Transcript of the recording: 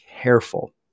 careful